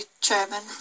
Chairman